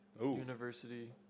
University